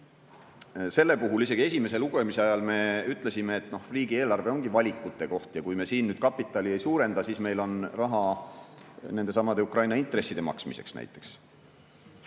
Me isegi esimese lugemise ajal ütlesime, et riigieelarve ongi valikute koht, ja kui me siin nüüd kapitali ei suurenda, siis meil on raha näiteks nendesamade Ukraina intresside maksmiseks.